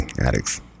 addicts